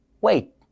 wait